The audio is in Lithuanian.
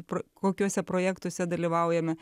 pro kokiuose projektuose dalyvaujame